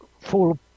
full